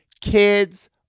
Kids